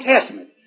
Testament